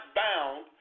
bound